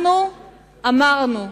אנחנו אמרנו,